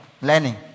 Learning